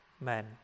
men